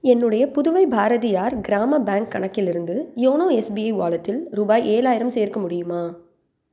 என்னுடைய புதுவை பாரதியார் கிராம பேங்க் கணக்கிலிருந்து YONO SBI வாலெட்டில் ரூபாய் ஏழாயிரம் சேர்க்க முடியுமா